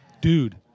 Dude